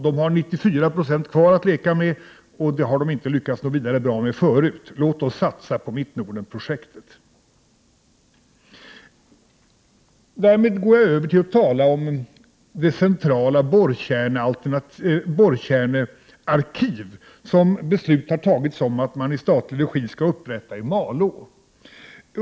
NSG har 94 96 kvar att leka med, vilket NSG inte har lyckats vidare bra med tidigare. Låt oss satsa på Mittnordenprojektet! Därmed går jag över till att tala om det centrala borrkärnearkivet. Man har fattat beslut om att det skall upprättas i statlig regi i Malå.